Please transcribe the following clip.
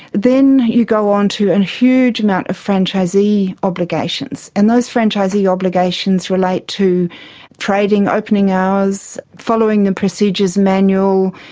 then you go on to a and huge amount of franchisee obligations, and those franchisee obligations relate to trading, opening hours, following the procedures manual,